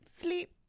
sleep